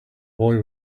boy